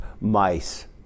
mice